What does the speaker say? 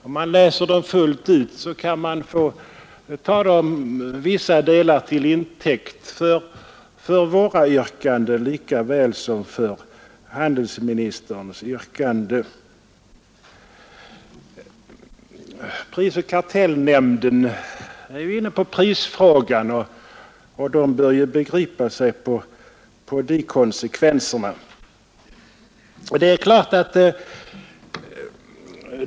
Om man läser deras yttranden fullt ut kan man ta vissa delar till intäkt för våra yrkanden lika väl som för handelsministerns yrkande. Prisoch kartellnämnden t.ex. är ju i sitt yttrande inne på prisfrågan, och nämnden bör ju begripa sig på konsekvenserna där.